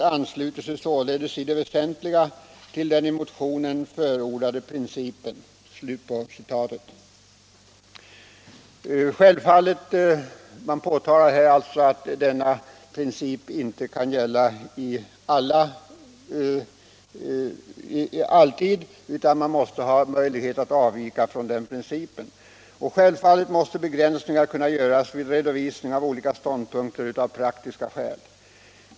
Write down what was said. Man påpekar därefter att denna princip inte kan gälla alltid utan man måste ha möjlighet att avvika från denna, t.ex. med hänsyn till materialets omfattning. Självfallet måste begränsningar kunna göras vid redovisning av olika ståndpunkter av praktiska skäl.